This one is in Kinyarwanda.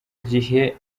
gihe